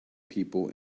people